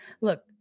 Look